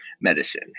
medicine